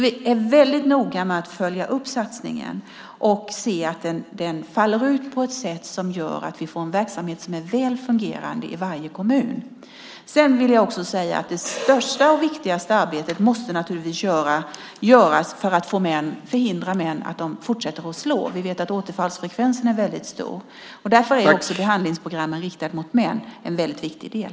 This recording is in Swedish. Vi är väldigt noga med att följa upp satsningen och se att den faller ut på ett sätt som gör att vi får en verksamhet som är väl fungerande i varje kommun. Det största och viktigaste arbetet är naturligtvis att förhindra män att fortsätta att slå. Vi vet att återfallsfrekvensen är väldigt stor. Därför är ett behandlingsprogram riktat mot män en väldigt viktig del.